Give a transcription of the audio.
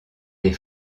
des